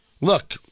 Look